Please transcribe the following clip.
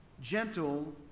gentle